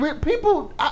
People